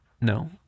No